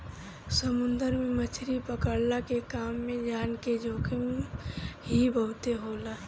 समुंदर में मछरी पकड़ला के काम में जान के जोखिम ही बहुते होला